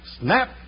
Snap